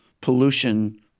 pollution